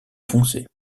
foncé